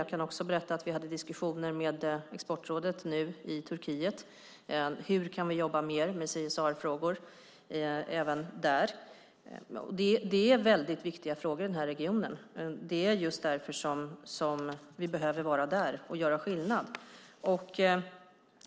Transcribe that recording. Jag kan även berätta att vi hade diskussioner med Exportrådet i Turkiet om hur vi där kan jobba mer med CSR-frågor. Det är viktiga frågor i regionen och därför behöver vi vara där och göra skillnad.